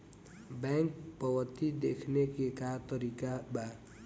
Bank पवती देखने के का तरीका बा?